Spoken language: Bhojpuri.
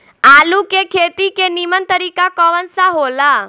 आलू के खेती के नीमन तरीका कवन सा हो ला?